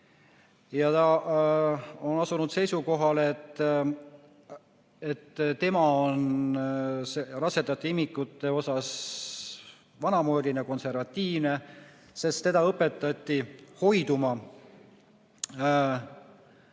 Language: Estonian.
Ta on asunud seisukohale, et tema on rasedate ja imikute puhul vanamoeline, konservatiivne, sest teda õpetati hoiduma